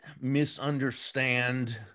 misunderstand